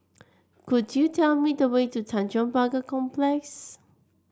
could you tell me the way to Tanjong Pagar Complex